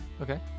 okay